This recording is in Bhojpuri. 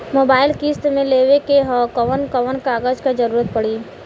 मोबाइल किस्त मे लेवे के ह कवन कवन कागज क जरुरत पड़ी?